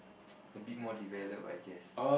a bit more developed I guess